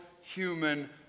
human